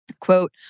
Quote